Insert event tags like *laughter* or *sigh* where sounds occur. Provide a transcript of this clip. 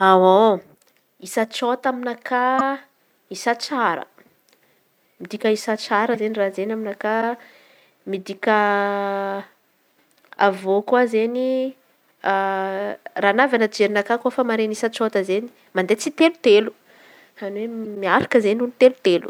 *hesitation* Isa tsôta aminakà isa tsara midika, isa tsara izen̈y raha izen̈y aminakà. Midika avy eo koa izen̈y raha navy amy fijerinakà kôfa maren̈y isa tsôta izen̈y mande tsitelotelo, izen̈y hoe miaraka olo tsitelo telo.